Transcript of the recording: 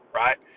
right